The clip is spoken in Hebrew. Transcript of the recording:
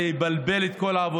זה יבלבל את כל העבודה,